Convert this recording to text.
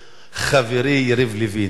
חברי יריב לוין.